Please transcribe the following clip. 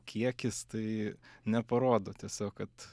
kiekis tai neparodo tiesiog kad